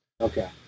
Okay